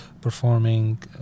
performing